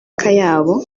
akayabo